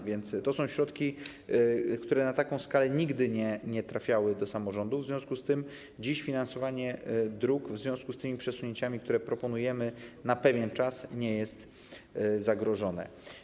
A więc to są środki, które na taką skalę nigdy nie trafiały do samorządów, w związku z tym dziś finansowanie dróg w związku z tymi przesunięciami, które proponujemy na pewien czas, nie jest zagrożone.